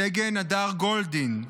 סגן הדר גולדין,